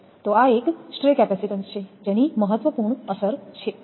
તો આ એક સ્ટ્રે કેપેસિટીન્સ છે જેની મહત્વપૂર્ણ અસર છે